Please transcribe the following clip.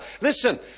Listen